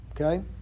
Okay